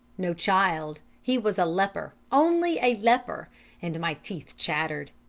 no child he was a leper, only a leper and my teeth chattered.